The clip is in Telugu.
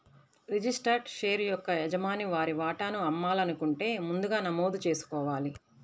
రిజిస్టర్డ్ షేర్ యొక్క యజమాని వారి వాటాను అమ్మాలనుకుంటే ముందుగా నమోదు చేసుకోవాలి